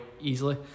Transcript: easily